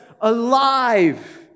alive